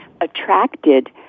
attracted